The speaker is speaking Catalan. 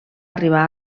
arribar